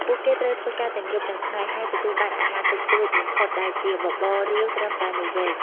ពួកគេត្រូវធ្វើការទាំងយប់ទាំងថ្ងៃ ហើយទទួលបានអាហារតិចតួចបំផុតដែលជាបបររាវត្រឹមតែ១វែក។